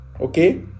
okay